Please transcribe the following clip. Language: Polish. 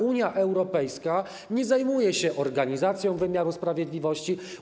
Unia Europejska nie zajmuje się organizacją wymiaru sprawiedliwości.